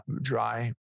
dry